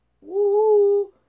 Woo